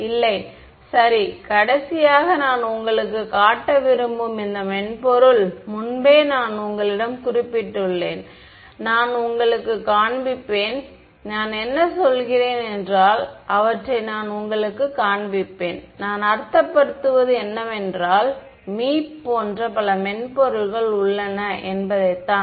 இல்லை சரி கடைசியாக நான் உங்களுக்குக் காட்ட விரும்பும் இந்த மென்பொருள் முன்பே நான் உங்களிடம் குறிப்பிட்டுள்ளேன் நான் உங்களுக்குக் காண்பிப்பேன் நான் என்ன சொல்கிறேன் என்றால் அவற்றை நான் உங்களுக்குக் காண்பிப்பேன் நான் அர்த்தப்படுத்துவது என்னவென்றால் மீப் போன்ற பல மென்பொருள்கள் உள்ளன என்பதைத்தான்